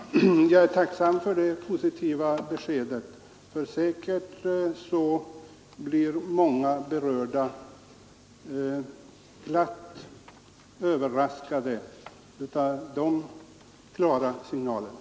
Herr talman! Jag är tacksam för det positiva beskedet. Säkert blir många berörda glatt överraskade av de klara signalerna.